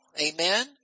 Amen